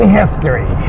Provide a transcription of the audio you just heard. history